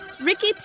Ricky